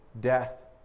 death